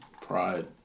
Pride